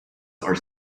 are